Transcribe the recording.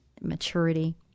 Maturity